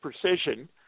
precision